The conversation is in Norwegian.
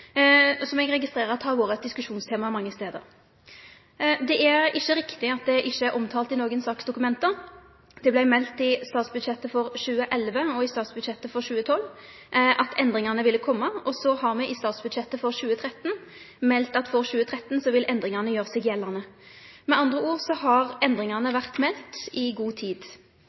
som eg registrerer har vore eit diskusjonstema mange stader. Det er ikkje riktig at det ikkje er omtala i noko saksdokument – det vart meldt i statsbudsjettet for 2011 og i statsbudsjettet for 2012 at endringane ville kome, og så har me i statsbudsjettet for 2013 meldt at for 2013 vil endringane gjere seg gjeldande. Med andre ord har endringane vore melde i god tid.